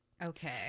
Okay